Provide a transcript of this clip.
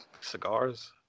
Cigars